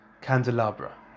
candelabra